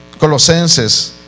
Colosenses